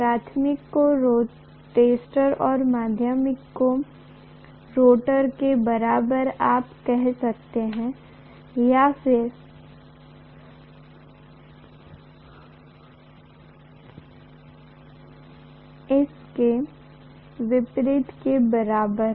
प्राथमिक को स्टेटर और माध्यमिक को रोटर के बराबर आप कह सकते हैं या फिर इसके विपरीत के बराबर